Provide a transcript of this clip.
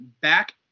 back